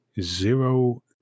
zero